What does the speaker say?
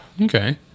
Okay